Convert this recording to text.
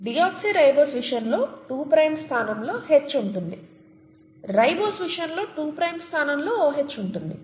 deoxyribose విషయంలో two prime స్థానంలో H ఉంటుంది రైబోస్ విషయంలో టూ ప్రైమ్ స్థానం లో OH ఉంటుంది